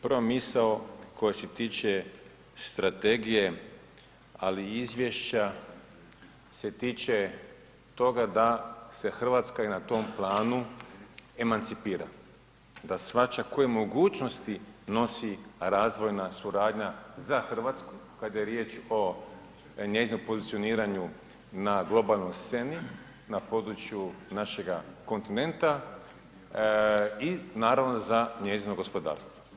Prva misao koja se tiče strategije ali i izvješća se tiče toga da se Hrvatska i na tom planu emancipira, da shvaća koje mogućnosti nosi razvojna suradnja za Hrvatsku kada je riječ o njezinom pozicioniranju na globalnoj sceni na području našega kontinenta, naravno i za njezino gospodarstvo.